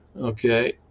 Okay